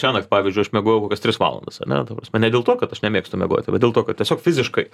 šiąnakt pavyzdžiui aš miegojau kokias tris valandas ane ta prasme ne dėl to kad aš nemėgstu miegoti bet dėl to kad tiesiog fiziškai